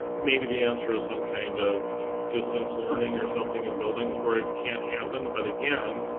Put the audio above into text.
maybe the answer is some kind of distance learning or something in buildings where it can't happen. but again,